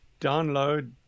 download